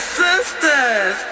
sisters